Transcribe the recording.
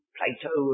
Plato